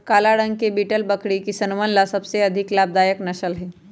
काला रंग के बीटल बकरी किसनवन ला सबसे अधिक लाभदायक नस्ल हई